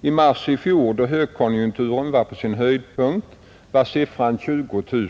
I mars i fjol då högkonjunkturen var på sin höjdpunkt var siffran 20 000.